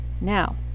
Now